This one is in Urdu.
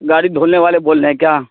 گاڑی دھونے والے بول رہے ہیں کیا